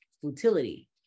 futility